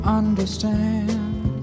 understand